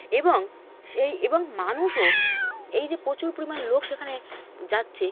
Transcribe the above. এবং সেই এবং মানুষও এই যে প্রচুর পরিমাণ লোক সেখানে যাচ্ছে